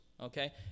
Okay